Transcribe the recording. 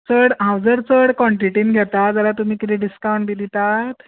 चड जर हांव जर चड कोन्टीटीन घेतां जाल्यार तुमी कितें डिसकावंट बी दितात